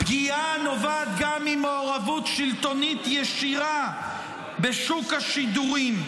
-- פגיעה נובעת גם ממעורבות שלטונית ישירה בשוק השידורים.